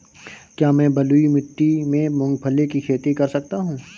क्या मैं बलुई मिट्टी में मूंगफली की खेती कर सकता हूँ?